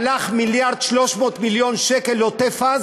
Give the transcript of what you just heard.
הלכו מיליארד ו-300 מיליון לעוטף-עזה,